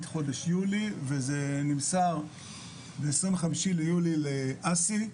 חודש יולי וזה נמסר ב-25 ליולי לאסי,